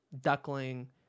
Duckling